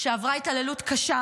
שעברה התעללות קשה